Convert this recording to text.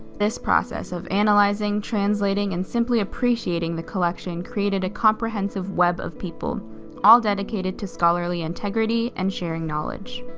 this process of analyzing, translating and simply appreciating the collection created a comprehensive web of people all dedicated to scholarly integrity and sharing knowledge.